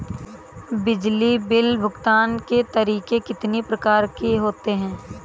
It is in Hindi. बिजली बिल भुगतान के तरीके कितनी प्रकार के होते हैं?